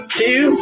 two